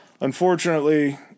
unfortunately